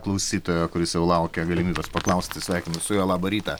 klausytojo kuris jau laukia galimybės paklausti sveikinuos su juo labą rytą